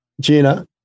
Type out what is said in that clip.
Gina